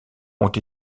ont